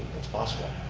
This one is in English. it's possible.